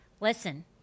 listen